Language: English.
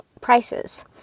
prices